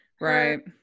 Right